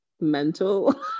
mental